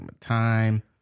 time